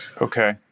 okay